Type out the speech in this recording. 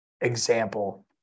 example